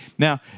Now